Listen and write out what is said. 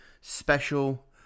special